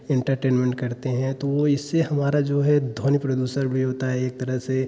entertainment करते हैं तो वह इससे हमारा जो है ध्वनि प्रदूषण भी होता है एक तरह से